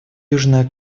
южная